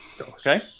Okay